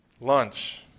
Lunch